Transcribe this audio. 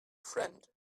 friend